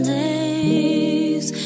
days